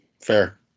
fair